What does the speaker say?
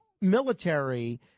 military